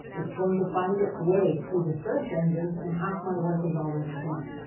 it's going to find its way to the search engines, and half my work is already done.